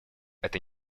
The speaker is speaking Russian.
это